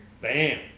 Bam